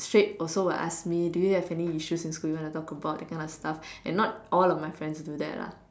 straight also will asks me do you have any issues in school you wanna talk about that kind of stuff and not all of my friends do that lah